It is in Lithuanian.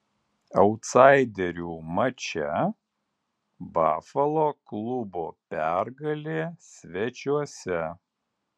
autsaiderių mače bafalo klubo pergalė svečiuose